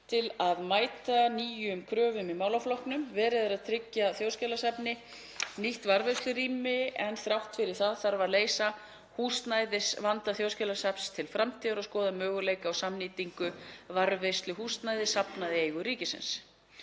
til að mæta nýjum kröfum í málaflokknum. Verið er að tryggja Þjóðskjalasafni nýtt varðveislurými en þrátt fyrir það þarf að leysa húsnæðisvanda Þjóðskjalasafns til framtíðar og skoða möguleika á samnýtingu varðveisluhúsnæðis safna í eigu ríkisins.